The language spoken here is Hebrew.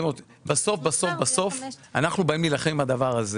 בסוף אנחנו באים להילחם עם הדבר הזה.